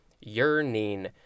yearning